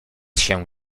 się